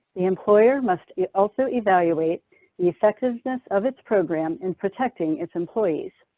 the employer must also evaluate the effectiveness of its program in protecting its employees.